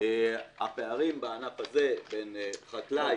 הפערים בענף הזה בין חקלאי,